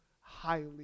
highly